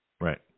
Right